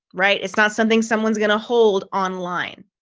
right? it's not something someone's gonna hold online.